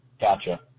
Gotcha